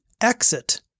exit